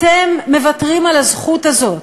אתם מוותרים על הזכות הזאת.